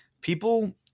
people